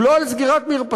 הוא לא על סגירת מרפסות.